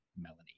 Melanie